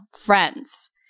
friends